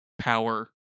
Power